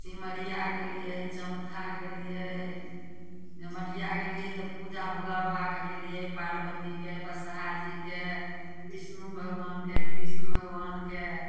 सिमरिया गेलियै चमथा गेलियै झमटिया गेलियै तऽ पूजा भोला बाबाके कयलियै पार्वतीके बसहा जीके विष्णु भगवानके कृष्ण भगवानके